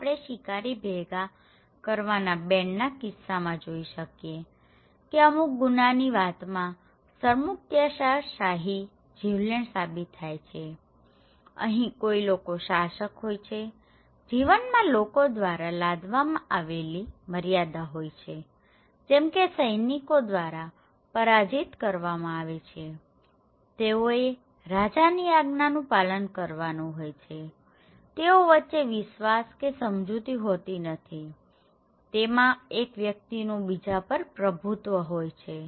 તો આપણે શિકારી ભેગા કરવાના બેન્ડ ના કિસ્સામાં જોઈ શકીએ કે અમુક ગુનાની વાતમા સરમુખત્યાર શાહી જીવલેણ સાબિત થાય છેઅહીં કોઇ લોકો શાસક હોય છેજીવનમાં લોકો દ્વારા લાદવામાં આવેલી મર્યાદા હોય છે જેમકે સૈનિકો દ્વારા પરાજીત કરવામાં આવે છેતેઓએ રાજાની આજ્ઞાનું પાલન કરવાનું હોય છે તેઓ વચ્ચે વિશ્વાસ કે સમજૂતિ હોતી નથીતેમાં એક વ્યક્તિનું બીજા પર પ્રભુત્વ હોય છે